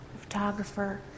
photographer